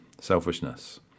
selfishness